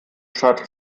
stadt